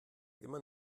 immer